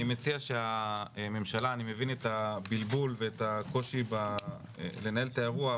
אני מבין את הבלבול ואת הקושי בניהול האירוע,